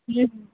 हुँ